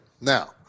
Now